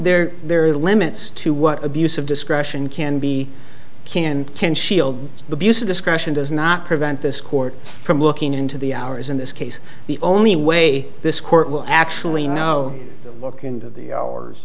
there there are limits to what abuse of discretion can be can can shield the busa discretion does not prevent this court from looking into the hours in this case the only way this court will actually now look into the hours